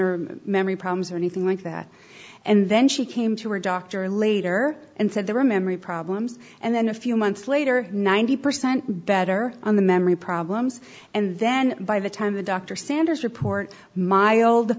or memory problems or anything like that and then she came to her doctor later and said there were memory problems and then a few months later ninety percent better on the memory problems and then by the time the dr sanders report my old